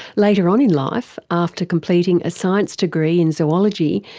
later on in life, after completing a science degree in zoology,